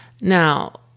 Now